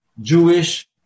Jewish